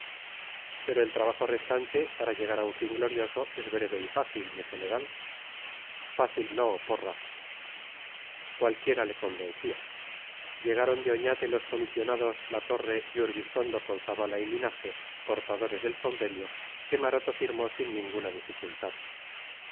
pero el trabajo restante para llegar a un fin glorioso es breve y fácil mi general fácil no porra cualquiera le convencía llegaron de oñate los comisionados la torre y urbistondo con zabala y linaje portadores del convenio que maroto firmó sin ninguna dificultad